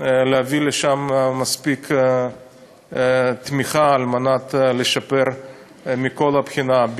להביא לשם מספיק תמיכה כדי לשפר מכל בחינה,